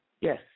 Yes